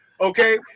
Okay